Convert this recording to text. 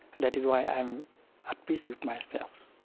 that is why i'm at peace with myself.